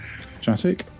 Jatic